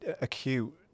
acute